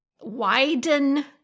widen